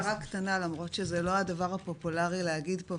למרות שזה לא הדבר הפופולרי להגיד פה,